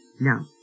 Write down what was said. No